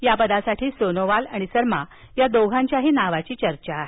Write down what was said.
या पदासाठी सोनोवाल आणि शर्मा या दोघांच्या नावांची चर्चा आहे